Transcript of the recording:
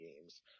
games